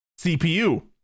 CPU